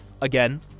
Again